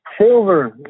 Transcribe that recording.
Silver